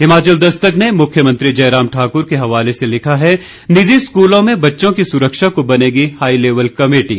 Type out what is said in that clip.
हिमाचल दस्तक ने मुख्यमंत्री जयराम ठाकुर के हवाले से लिखा है निजी स्कूलों में बच्चों की सुरक्षा को बनेगी हाई लेवल कमेटी